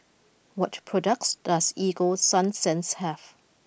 what products does Ego Sunsense have